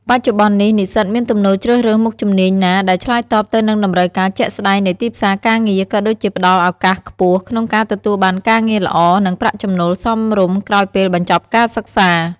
បច្ចុប្បន្ននេះ និស្សិតមានទំនោរជ្រើសរើសមុខជំនាញណាដែលឆ្លើយតបទៅនឹងតម្រូវការជាក់ស្តែងនៃទីផ្សារការងារ ក៏ដូចជាផ្ដល់ឱកាសខ្ពស់ក្នុងការទទួលបានការងារល្អ និងប្រាក់ចំណូលសមរម្យក្រោយពេលបញ្ចប់ការសិក្សា។